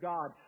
God